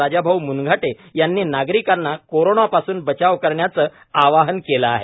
राजाभाऊ मुनघाटे यांनी नागरिकांना कोरोनापासून बचाव करण्याचे आवाहन केले आहे